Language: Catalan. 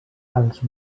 als